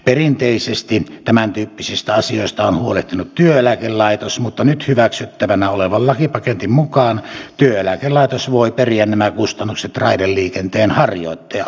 perinteisesti tämäntyyppisistä asioista on huolehtinut työeläkelaitos mutta nyt hyväksyttävänä olevan lakipaketin mukaan työeläkelaitos voi periä nämä kustannukset raideliikenteenharjoittajalta